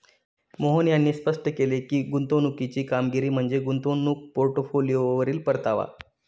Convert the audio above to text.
मोहन यांनी स्पष्ट केले की, गुंतवणुकीची कामगिरी म्हणजे गुंतवणूक पोर्टफोलिओवरील परतावा